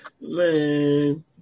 man